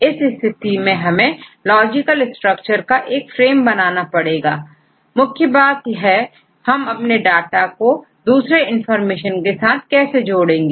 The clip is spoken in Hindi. इस स्थिति में हमें लॉजिकल स्ट्रक्चर का एक फ्रेम बनाना पड़ेगा मुख्य बात है हम अपने डाटा को दूसरे इंफॉर्मेशन के साथ कैसे जोड़ेंगे